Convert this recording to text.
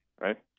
right